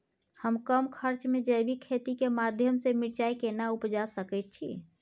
हम कम खर्च में जैविक खेती के माध्यम से मिर्चाय केना उपजा सकेत छी?